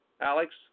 Alex